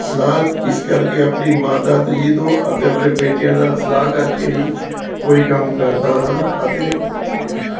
ਸਲਾਹ ਇਸ ਕਰਕੇ ਆਪਣੀ ਮਾਤਾ ਜੀ ਤੋਂ ਅਤੇ ਆਪਣੇ ਬੇਟਿਆਂ ਨਾਲ ਸਲਾਹ ਕਰਕੇ ਹੀ ਕੋਈ ਕੰਮ ਕਰਦਾ ਹਾਂ ਅਤੇ